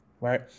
right